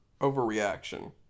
overreaction